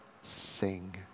sing